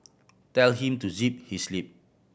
tell him to zip his lip